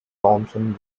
thomson